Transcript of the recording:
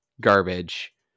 garbage